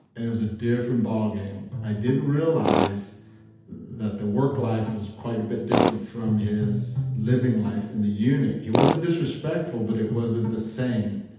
and it was a different ballgame. i didn't realize that the work life was quite a bit different than his living life in the unit. he wasn't disrespectful, but it wasn't the same,